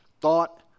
thought